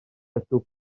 ydw